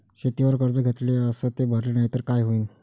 शेतीवर कर्ज घेतले अस ते भरले नाही तर काय होईन?